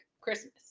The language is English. Christmas